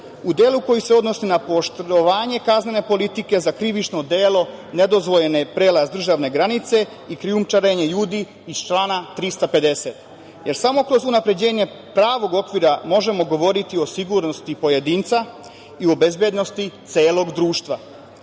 u delu koji se odnosi na pooštravanje kaznene politike za krivično delo nedozvoljavanje prelaza državne granice i krijumčarenja ljudi iz člana 350.Jer, samo kroz unapređenje pravog okvira možemo govoriti o sigurnosti pojedinca i o bezbednosti celog društva,